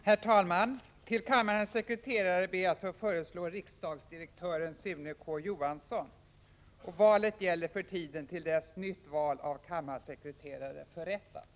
Herr talman! Till kammarens sekreterare ber jag att få föreslå riksdagsdirektören Sune K. Johansson. Valet gäller för tiden till dess nytt val av kammarsekreterare förrättats.